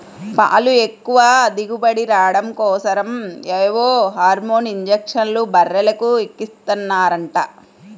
పాలు ఎక్కువ దిగుబడి రాడం కోసరం ఏవో హార్మోన్ ఇంజక్షన్లు బర్రెలకు ఎక్కిస్తన్నారంట